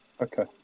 Okay